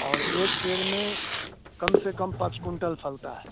और एक पेड़ में कम से कम पाँच कुंटल फलता है